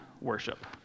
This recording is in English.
worship